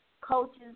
coaches